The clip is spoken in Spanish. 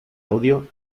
audio